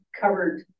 covered